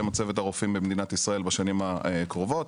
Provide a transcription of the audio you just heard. מצבת הרופאים במדינת ישראל בשנים הקרובות.